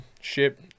ship